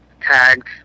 tags